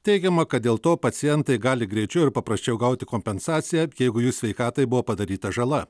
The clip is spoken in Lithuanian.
teigiama kad dėl to pacientai gali greičiau ir paprasčiau gauti kompensaciją jeigu jų sveikatai buvo padaryta žala